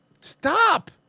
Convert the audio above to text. Stop